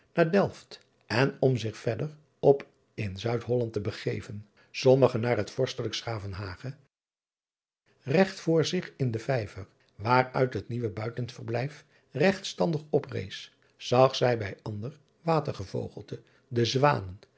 naar elft en om zich verder op in uidholland te begeven sommige naar het orstelijk driaan oosjes zn et leven van illegonda uisman s ravenhage regt voor zich in den vijver waaruit het nieuwe buitenverblijf regtstandig oprees zag zij bij ander watergevogelte de zwanen